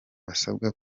basabwa